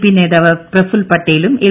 P നേതാവ് പ്രഫുൽ പട്ടേലും L